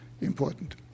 important